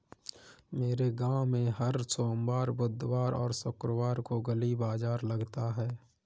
मेरे गांव में हर सोमवार बुधवार और शुक्रवार को गली बाजार लगता है